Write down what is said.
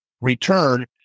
return